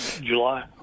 July